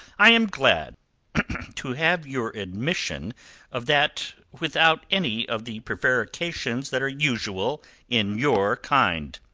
i am glad to have your admission of that without any of the prevarications that are usual in your kind.